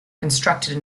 constructed